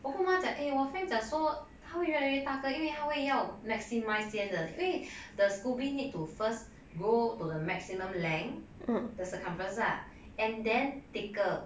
我跟我妈讲 eh 我 friend 讲说他会越来越大个因为他会要 maximize 先的因为 the scoby need to first grow to the maximum length the circumference lah and then thicker